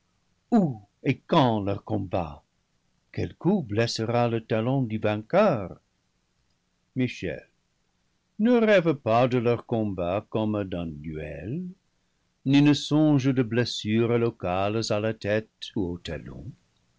et quand leur com bat quel coup blessera le talon du vainqueur michel ne rêve pas de leur combat comme d'un duel ni ne songe de blessures locales à la tête ou au talon